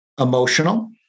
emotional